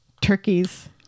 turkeys